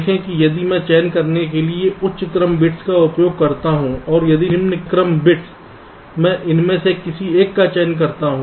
देखें कि यदि मैं चयन करने के उच्च क्रम बिट्स का उपयोग करता हूं और यदि निम्न क्रम बिट्स मैं इनमें से किसी एक का चयन करता हूं